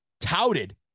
touted